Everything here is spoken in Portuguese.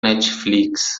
netflix